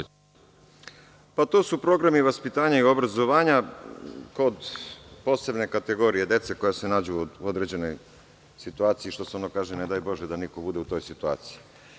To su programi vaspitanja i obrazovanja kod posebne kategorije dece koja se nađu u određenoj situaciji, ono što se kaže – ne daj Bože da neko bude u toj situaciji.